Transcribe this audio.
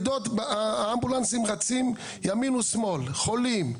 האמבולנסים רצים ימין ושמאל, חולים,